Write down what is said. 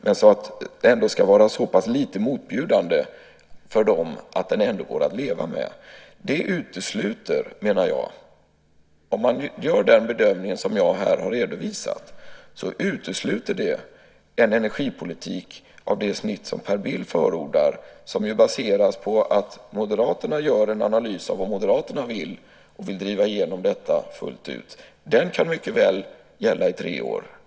Den ska vara så pass lite motbjudande för dem att den ändå går att leva med. Om man gör den bedömning som jag här har redovisat menar jag att det utesluter en energipolitik av det snitt som Per Bill förordar. Den baseras ju på att Moderaterna gör en analys av vad Moderaterna vill och på att man vill driva igenom detta fullt ut. Den kan mycket väl gälla i tre år.